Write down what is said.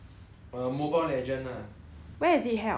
like it's a online competition because now COVID mah